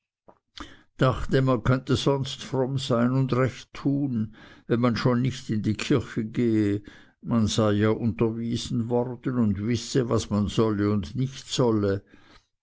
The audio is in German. dachte man könne sonst fromm sein und recht tun wenn man schon nicht in die kirche gehe man sei ja unterwiesen worden und wisse was man solle und nicht solle